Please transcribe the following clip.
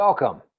Welcome